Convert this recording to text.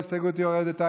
וההסתייגות יורדת,